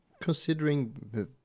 considering